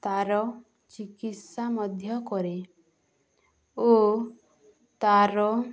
ତା'ର ଚିକିତ୍ସା ମଧ୍ୟ କରେ ଓ ତା'ର